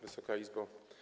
Wysoka Izbo!